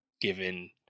given